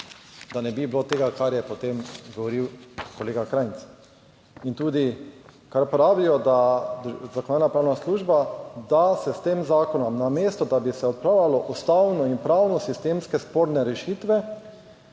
da ne bi bilo tega, kar je potem govoril kolega Krajnc. In tudi kar pravijo, Zakonodajno-pravna služba, da se s tem zakonom, namesto da bi se odpravljalo ustavno in pravno sistemske sporne rešitve.